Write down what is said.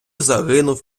загинув